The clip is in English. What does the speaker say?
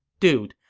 dude,